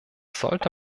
sollte